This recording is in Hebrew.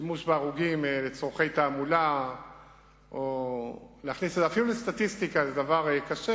שימוש בהרוגים לצורכי תעמולה או אפילו לסטטיסטיקה זה דבר קשה,